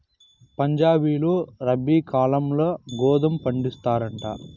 పంజాబీలు రబీ కాలంల గోధుమ పండిస్తారంట